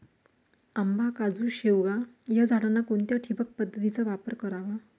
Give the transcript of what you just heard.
आंबा, काजू, शेवगा या झाडांना कोणत्या ठिबक पद्धतीचा वापर करावा?